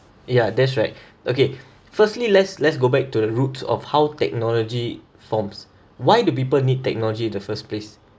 ya that's right okay firstly let's let's go back to the roots of how technology forms why do people need technology the first place